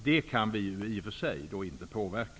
Det kan vi i och för sig inte påverka.